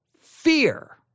fear